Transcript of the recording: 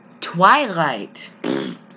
Twilight